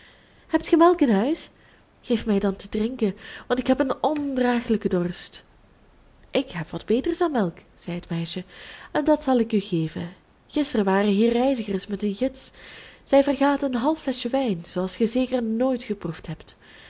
hebt ge melk in huis geef mij dan te drinken want ik heb een ondraaglijken dorst ik heb wat beters dan melk zei het meisje en dat zal ik u geven gisteren waren hier reizigers met hun gids zij vergaten een half fleschje wijn zooals ge zeker nooit geproefd hebt